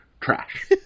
trash